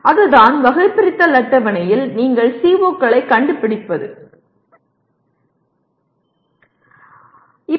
அதுதான் வகைபிரித்தல் அட்டவணையில் நீங்கள் CO களைக் கண்டுபிடிப்பது இதுதான்